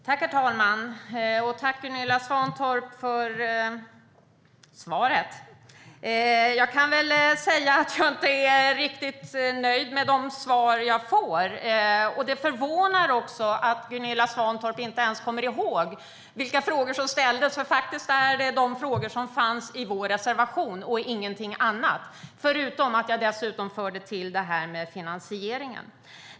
Herr talman! Tack, Gunilla Svantorp, för svaret! Jag är inte riktigt nöjd med de besked jag får. Det förvånar mig också att Gunilla Svantorp inte ens kommer ihåg vilka frågor jag ställde, för det är faktiskt de frågor som finns i vår reservation, förutom att jag också lade till detta om finansieringen.